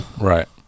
Right